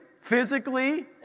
physically